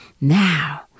Now